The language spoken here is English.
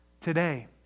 Today